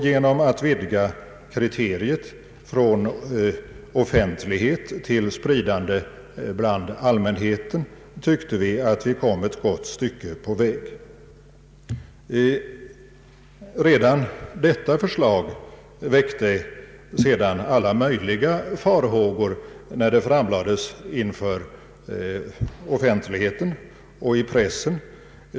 Genom att vidga kriteriet från ”offentlighet” till ”spridande bland allmänheten” tyckte vi att vi kom ett gott stycke på väg. Redan detta förslag väckte sedan alla möjliga farhågor när det framlades inför offentligheten och i pressen.